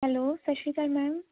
hello ਸਤਿ ਸ਼੍ਰੀ ਅਕਾਲ ਮੈਮ